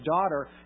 daughter